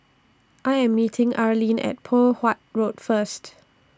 I Am meeting Arleen At Poh Huat Road First